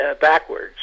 backwards